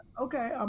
Okay